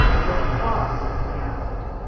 where's the boss? he asked.